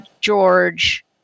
George